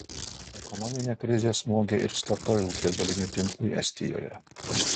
ekonominė krizė smogė ir statoil degalinių tinklui estijoje